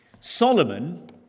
Solomon